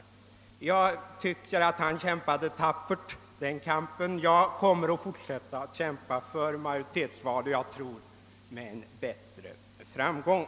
Den kampen tyckte jag att herr Wahlund kämpade tappert; jag själv kommer att fortsätta att kämpa för majoritetsval och tror att jag där kommer att ha bättre framgång.